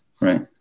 Right